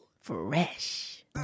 Fresh